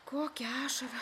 kokią ašarą